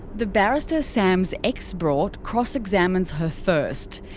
the barrister sam's ex brought, cross examines her first.